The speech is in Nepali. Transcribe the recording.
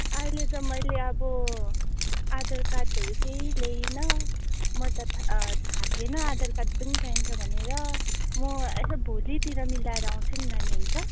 अहिले त मैले अब आधार कार्डहरू केही ल्याइन म त अ थाह थिएन आधार कार्ड पनि चाहिन्छ भनेर म यसो भोलितिर मिलाएर आउँछु नि नानी हुन्छ